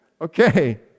okay